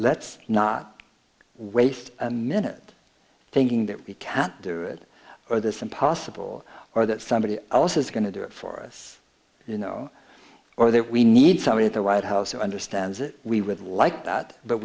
let's not waste a minute thinking that we can't do it or this impossible or that somebody else is going to do it for us you know or that we need somebody at the white house who understands that we would like that but